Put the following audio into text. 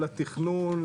לתכנון,